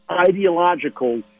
ideological